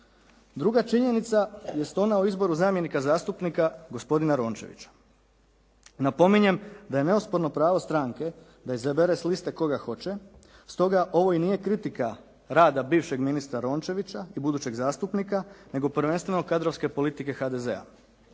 Druga činjenica jest ona o izboru zamjenika zastupnika gospodina Rončevića. Napominjem da je neosporno pravo stranke da izabere s liste koga hoće, stoga ovo i nije kritika rada bivšeg ministra Rončevića i budućeg zastupnika nego prvenstveno kadrovske politike HDZ-a